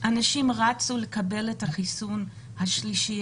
אנשים רצו לקבל את החיסון השלישי,